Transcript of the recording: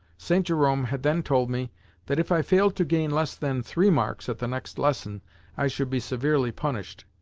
st. jerome had then told me that if i failed to gain less than three marks at the next lesson i should be severely punished.